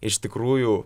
iš tikrųjų